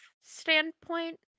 standpoint